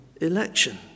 election